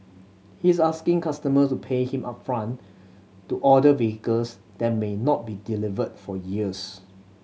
he's asking customers to pay him upfront to order vehicles that may not be delivered for years